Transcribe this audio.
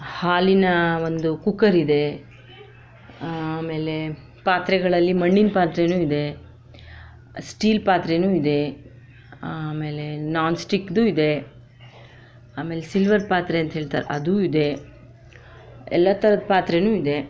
ಹಾಲಿನ ಒಂದು ಕುಕ್ಕರ್ ಇದೆ ಆಮೇಲೆ ಪಾತ್ರೆಗಳಲ್ಲಿ ಮಣ್ಣಿನ ಪಾತ್ರೆನೂ ಇದೆ ಸ್ಟೀಲ್ ಪಾತ್ರೆನೂ ಇದೆ ಆಮೇಲೆ ನಾನ್ಸ್ಟಿಕ್ದೂ ಇದೆ ಆಮೇಲೆ ಸಿಲ್ವರ್ ಪಾತ್ರೆ ಅಂತ ಹೇಳ್ತಾರೆ ಅದೂ ಇದೆ ಎಲ್ಲ ಥರದ್ದು ಪಾತ್ರೆನೂ ಇದೆ